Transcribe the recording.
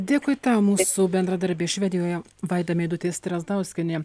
dėkui tau mūsų bendradarbė švedijoje vaida meidutė strazdauskienė